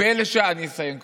אני אסיים כבר.